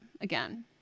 again